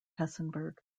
hessenberg